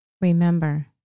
Remember